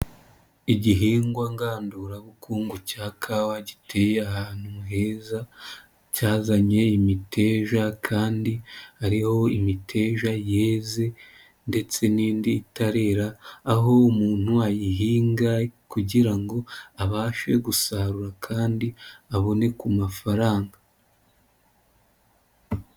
Igihingwa ngandurabukungu cya kawa giteye ahantu heza, cyazanye imiteja kandi hariho imiteja yeze ndetse n'indi itarera, aho umuntu ayihinga kugira ngo abashe gusarura kandi abone ku mafaranga.